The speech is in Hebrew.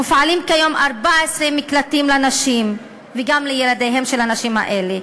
מופעלים כיום 14 מקלטים לנשים וגם לילדיהן של הנשים האלה.